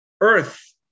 earth